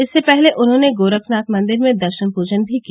इससे पहले उन्होंने गोरखनाथ मंदिर में दर्शन पूजन भी किया